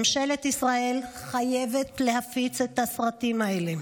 ממשלת ישראל חייבת להפיץ את הסרטים האלה,